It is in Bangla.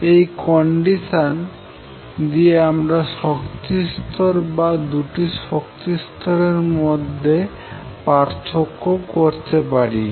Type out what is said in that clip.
এই কন্ডিশন দিয়ে আমরা শক্তিস্তর বা দুটি শক্তি স্তর এর মধ্যে পার্থক্য করতে পারি